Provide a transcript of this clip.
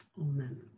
Amen